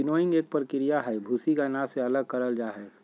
winnowing एक प्रक्रिया हई, भूसी के अनाज से अलग करल जा हई